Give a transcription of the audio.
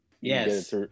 Yes